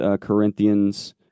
Corinthians